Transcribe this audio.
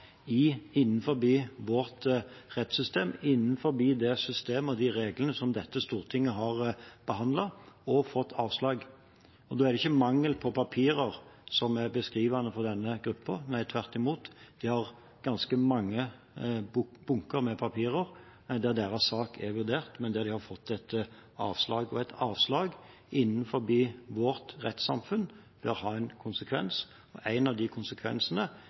vårt rettssystem, innenfor det systemet og de reglene som dette stortinget har behandlet, og fått avslag. Da er det ikke mangel på papirer som er beskrivende for denne gruppen – tvert imot, det er ganske mange bunker med papirer der deres sak er vurdert, men der de har fått et avslag, og et avslag innenfor vårt rettssamfunn har en konsekvens. En av de konsekvensene